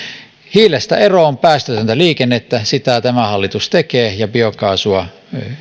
hiilestä eroon päästötöntä liikennettä sitä tämä hallitus tekee ja biokaasua